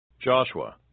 Joshua